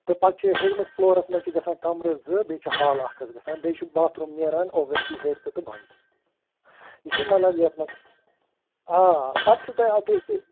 تہٕ پتہٕ چھِ ہیٚرِمِس فُلورس منٛز چھُ گَژھان کمرٕ زٕ بیٚیہِ چھُ ہال اکھ حظ گَژھان بیٚیہِ چھُ باتھ روٗم نیران اوٚوٮ۪سلی ہیٚرِ تہِ تہٕ بۅنہٕ تہِ یہِ چھُنہٕ مطلب یَتھ مںٛز آ پتہٕ چھُو تُہۍ آ تُہۍ ہیٚکِو